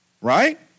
right